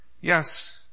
Yes